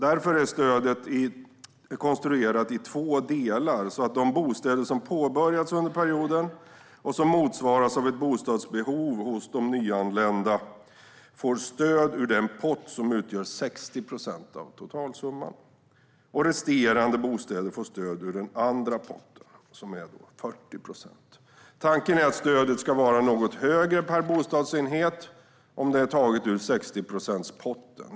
Därför är stödet konstruerat i två delar. De bostäder som påbörjats under perioden och som motsvaras av ett bostadsbehov hos de nyanlända får stöd ur den pott som utgör 60 procent av totalsumman. Resterande bostäder får stöd ur den andra potten, som alltså är 40 procent. Tanken är att stödet ska vara något högre per bostadsenhet om det är taget ur 60-procentspotten.